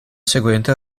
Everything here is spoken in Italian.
seguente